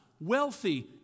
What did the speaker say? wealthy